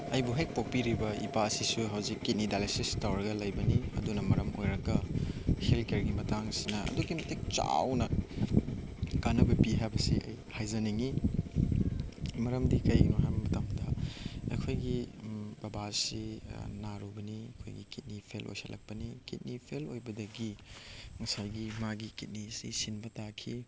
ꯑꯩꯕꯨ ꯍꯦꯛ ꯄꯣꯛꯄꯤꯔꯤꯕ ꯏꯄꯥꯁꯤꯁꯨ ꯍꯧꯖꯤꯛ ꯀꯤꯠꯅꯤ ꯗꯥꯏꯂꯥꯏꯁꯤꯁ ꯇꯧꯔꯒ ꯂꯩꯕꯅꯤ ꯑꯗꯨꯅ ꯃꯔꯝ ꯑꯣꯏꯔꯒ ꯍꯦꯜꯠ ꯀꯦꯌꯔꯒꯤ ꯃꯇꯥꯡꯁꯤꯅ ꯑꯗꯨꯛꯀꯤ ꯃꯇꯤꯛ ꯆꯥꯎꯅ ꯀꯥꯟꯅꯕ ꯄꯤ ꯍꯥꯏꯕꯁꯤ ꯑꯩ ꯍꯥꯏꯖꯅꯤꯡꯉꯤ ꯃꯔꯝꯗꯤ ꯀꯩꯒꯤꯅꯣ ꯍꯥꯏꯕ ꯃꯇꯝꯗ ꯑꯩꯈꯣꯏꯒꯤ ꯕꯕꯥꯁꯤ ꯅꯥꯔꯨꯕꯅꯤ ꯑꯩꯈꯣꯏꯒꯤ ꯀꯤꯠꯅꯤ ꯐꯦꯜ ꯑꯣꯏꯁꯏꯜꯂꯛꯄꯅꯤ ꯀꯤꯠꯅꯤ ꯐꯦꯜ ꯑꯣꯏꯕꯗꯒꯤ ꯉꯁꯥꯏꯒꯤ ꯃꯥꯒꯤ ꯀꯤꯠꯅꯤꯁꯤ ꯁꯤꯟꯕ ꯇꯥꯈꯤ